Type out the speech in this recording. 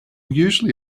usually